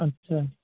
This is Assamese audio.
আচ্ছা